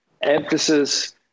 emphasis